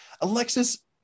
alexis